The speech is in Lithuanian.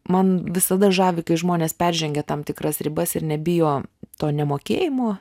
man visada žavi kai žmonės peržengia tam tikras ribas ir nebijo to nemokėjimo